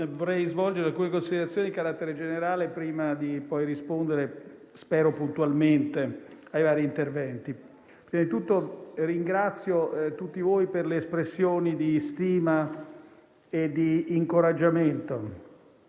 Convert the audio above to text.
vorrei svolgere alcune considerazioni di carattere generale, prima di rispondere, spero puntualmente, ai vari interventi. Prima di tutto ringrazio tutti voi per le espressioni di stima e di incoraggiamento: